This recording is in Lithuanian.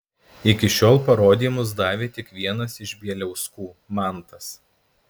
iki šiol parodymus davė tik vienas iš bieliauskų mantas